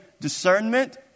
discernment